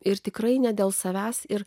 ir tikrai ne dėl savęs ir